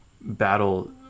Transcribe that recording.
battle